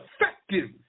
effective